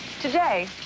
Today